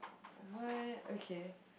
what okay